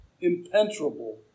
impenetrable